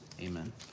amen